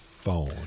phone